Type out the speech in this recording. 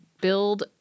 build